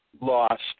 lost